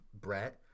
Brett